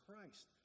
Christ